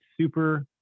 super